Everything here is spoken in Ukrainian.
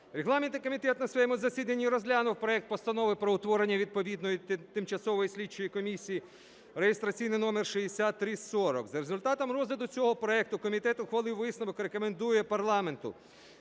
Регламентний комітет на своєму засіданні розглянув проект Постанови про утворення відповідної тимчасової слідчої комісії (реєстраційний номер 6340). За результатом розгляду цього проекту комітет ухвалив висновок і рекомендує парламенту